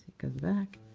back.